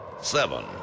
seven